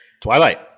Twilight